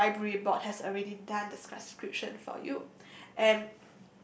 the library board has already done the subscription for you and